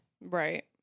Right